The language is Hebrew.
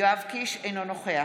יואב קיש, אינו נוכח